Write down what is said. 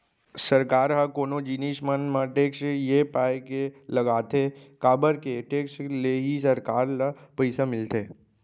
सरकार ह कोनो जिनिस मन म टेक्स ये पाय के लगाथे काबर के टेक्स ले ही सरकार ल पइसा मिलथे